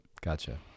Gotcha